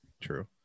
True